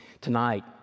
Tonight